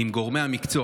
עם גורמי המקצוע,